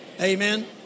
Amen